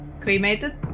Cremated